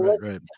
right